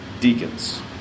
deacons